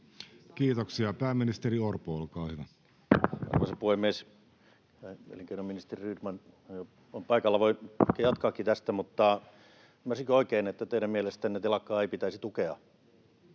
Kiitoksia. — Pääministeri Orpo, olkaa hyvä. Arvoisa puhemies! Elinkeinoministeri Rydman on paikalla ja voi ehkä jatkaakin tästä, mutta ymmärsinkö oikein, että teidän mielestänne telakkaa ei pitäisi tukea,